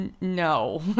No